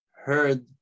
heard